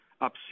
up